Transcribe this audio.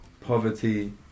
poverty